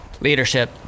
Leadership